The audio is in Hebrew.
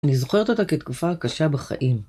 אני זוכרת אותה כתקופה קשה בחיים.